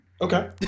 Okay